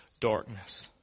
darkness